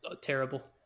terrible